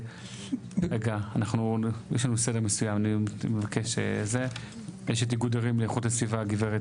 יש את איגוד ערים לאיכות הסביבה, הגב',